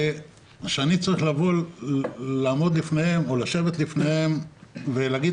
כשאני צריך לעמוד לפניהם או לשבת לפניהם ולהגיד